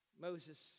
Moses